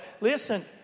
Listen